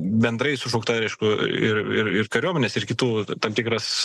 bendrai sušaukta aišku ir ir ir kariuomenės ir kitų tam tikras